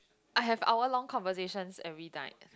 I have hour long conversations every night